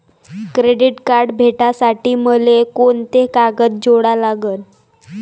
Credit card भेटासाठी मले कोंते कागद जोडा लागन?